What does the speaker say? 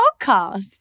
podcast